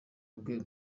rwe